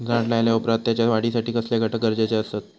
झाड लायल्या ओप्रात त्याच्या वाढीसाठी कसले घटक गरजेचे असत?